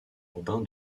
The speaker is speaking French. urbain